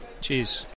Cheers